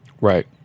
right